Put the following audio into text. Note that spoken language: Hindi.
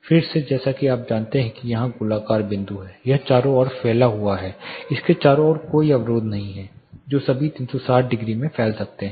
फिर से जैसा कि आप जानते हैं कि यहाँ गोलाकार बिंदु है यह चारों ओर फैला हुआ है इसके चारों ओर कोई अवरोध नहीं है जो सभी 360 डिग्री में फैल सकता है